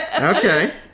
Okay